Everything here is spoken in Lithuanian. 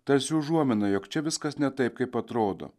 tarsi užuomina jog čia viskas ne taip kaip atrodo